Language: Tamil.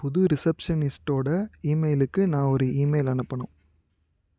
புது ரிசப்ஷனிஸ்டோடய ஈமெயிலுக்கு நான் ஒரு ஈமெயில் அனுப்பணும்